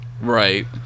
Right